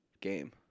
game